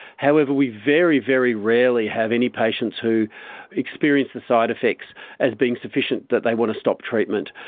however, we very, very rarely have any patients who experience the side-effects as being sufficient that they want to stop treatment.